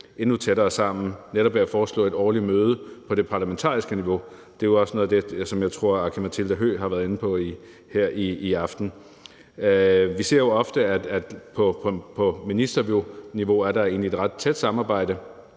endnu tættere sammen ved at foreslå et årligt møde på det parlamentariske niveau. Det er også noget af det, jeg tror Aki-Matilda Høegh-Dam har været inde på her i aften. Vi ser jo ofte, at på ministerniveau er der egentlig et ret tæt samarbejde,